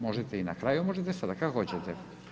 Možete i na kraju, možete i sada, kako hoćete.